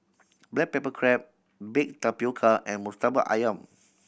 black pepper crab baked tapioca and Murtabak Ayam